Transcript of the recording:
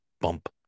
bump